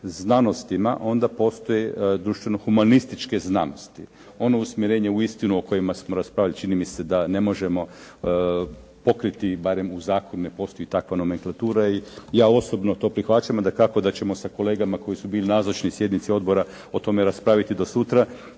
znanostima onda postoje društveno-humanističke znanosti. Ono usmjerenje uistinu o kojima smo raspravljali čini mi se da ne možemo pokriti, barem u zakonu ne postoji takva nomenklatura i ja osobno to prihvaćam. A dakako da ćemo sa kolegama koji su bili nazočni sjednici odbora o tome raspraviti do sutra